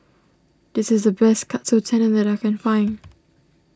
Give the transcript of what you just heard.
this is the best Katsu Tendon that I can find